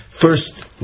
first